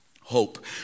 Hope